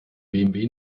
bmw